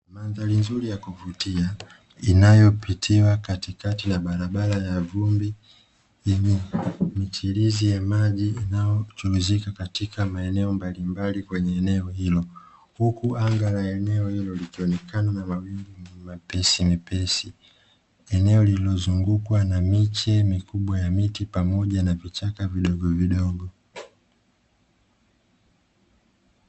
Mandhali nzuri ya kuvutia, inayo pitiwa katikati ya barabara ya vumbi, yenye michilizi ya maji inayo chuluzika katika maeneo mbalimbali kwenye eneo hilo, huku anga la eneo hilo likionekana na mawingu mepesimepesi. Eneo lililozungukwa na miche mikubwa ya miti pamoja na vichaka vidogovidogo.